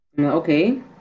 Okay